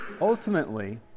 Ultimately